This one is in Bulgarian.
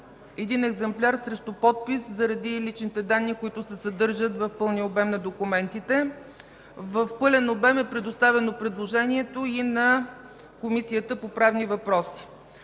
в 1 екземпляр срещу подпис заради личните данни, които се съдържат в пълния обем на документите. В пълен обем е предоставено предложението и на Комисията по правни въпроси.